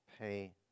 pay